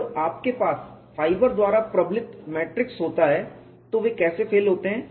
जब आपके पास फाइबर द्वारा प्रबलित मैट्रिक्स होता है तो वे कैसे फेल होते हैं